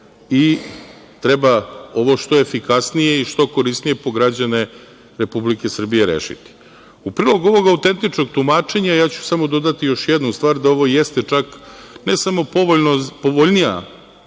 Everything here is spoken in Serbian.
i treba ovo što efikasnije i što korisnije po građane Republike Srbije rešiti.U prilog ovog autentičnog tumačenja, dodaću samo još jednu stvar, ovo jeste čak, ne samo povoljnija